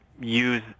use